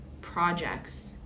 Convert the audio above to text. projects